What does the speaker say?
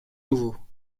nouveau